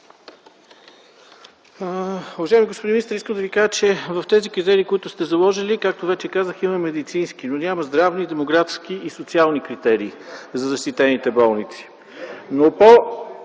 Уважаеми господин министър, искам да Ви кажа, че в тези критерии, които сте заложили, както вече казах, има медицински, но няма здравни, демографски и социални критерии за защитените болници.